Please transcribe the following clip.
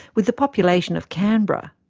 with the population of canberra.